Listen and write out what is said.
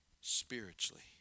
spiritually